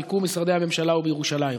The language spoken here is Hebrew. מיקום משרדי הממשלה הוא בירושלים.